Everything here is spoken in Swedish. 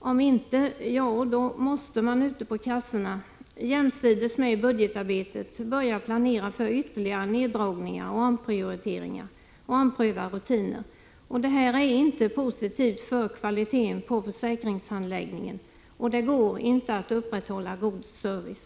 Om inte, då måste man ute på kassorna jämsides med budgetarbetet börja planera för ytterligare neddragningar, omprioriteringar och omprövning av rutiner. Detta är inte positivt för kvaliteten på försäkringshandläggningen. Det går inte att på detta sätt upprätthålla god service.